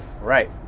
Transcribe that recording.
right